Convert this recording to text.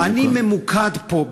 אני ממוקד פה,